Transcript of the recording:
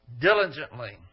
diligently